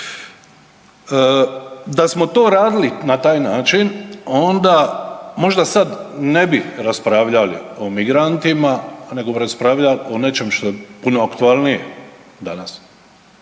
Da smo to radili na taj način onda možda sad ne bi raspravljali o migrantima nego bi raspravljali o nečem što je puno aktualnije danas.